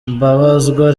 mbabazwa